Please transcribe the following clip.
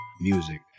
music